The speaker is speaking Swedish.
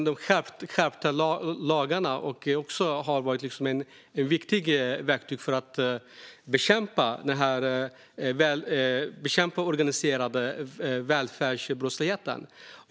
De skärpta lagarna har också varit ett viktigt verktyg för att bekämpa den organiserade välfärdsbrottsligheten.